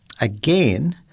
again